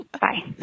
Bye